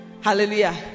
Hallelujah